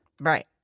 Right